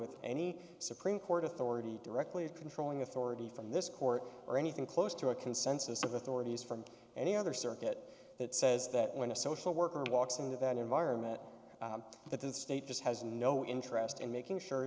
with any supreme court authority directly of controlling authority from this court or anything close to a consensus of authorities from any other circuit that says that when a social worker walks into that environment that that state just has no interest in making sure